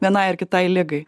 vienai ar kitai ligai